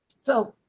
so,